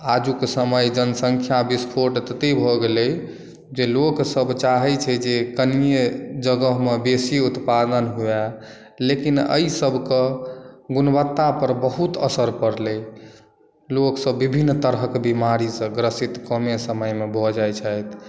आजुक समय जनसंख्या विस्फोट तते भऽ गेलै जे लोक सब चाहै छै जे कनिये जगह मे बेसी उत्पादन हुए लेकिन एहिसब के गुणवत्ता पर बहुत असर परलै लोकसब विभिन्न तरहक बीमारी सॅं ग्रसित कमे समय मे भऽ जाइत छथि